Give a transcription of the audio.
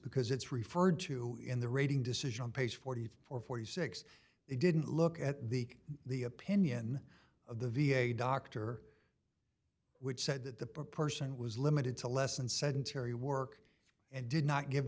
because it's referred to in the rating decision on page forty eight or forty six they didn't look at the the opinion of the v a doctor which said that the poor person was limited to less and sedentary work and did not give